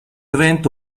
evento